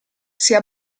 sia